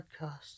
podcast